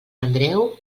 andreu